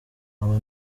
aba